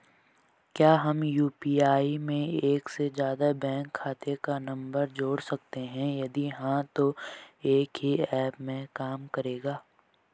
क्या हम यु.पी.आई में एक से ज़्यादा बैंक खाते का नम्बर जोड़ सकते हैं यदि हाँ तो एक ही ऐप में काम करेगा?